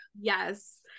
Yes